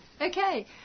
Okay